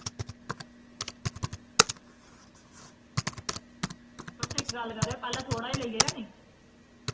तुस इक गल्ल करेओ पैह्लें थोह्ड़ा ई लेई जाएओ निं